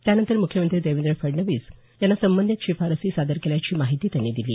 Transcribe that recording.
त्यानंतर मुख्यमंत्री देवेंद्र फडणवीस यांना संबंधित शिफारसी सादर केल्याची माहिती त्यांनी दिली